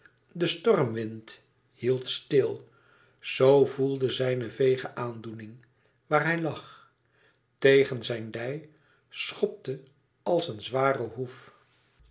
de stormwind hield stil zoo voelde zijne veege aandoening waar hij lag tegen zijn dij schopte als een zware hoef